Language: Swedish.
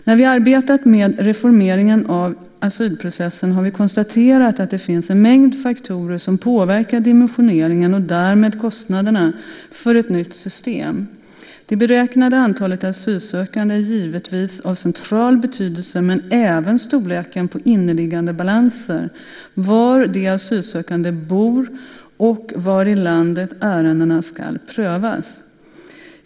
När vi arbetat med reformeringen av asylprocessen har vi konstaterat att det finns en mängd faktorer som påverkar dimensioneringen och därmed kostnaderna för ett nytt system. Det beräknade antalet asylsökande är givetvis av central betydelse men även storleken på inneliggande balanser, var de asylsökande bor och var i landet ärendena ska prövas.